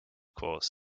course